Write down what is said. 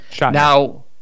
Now